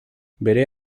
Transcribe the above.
bere